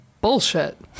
bullshit